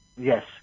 Yes